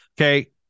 Okay